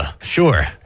Sure